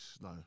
No